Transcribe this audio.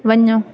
वञो